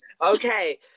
Okay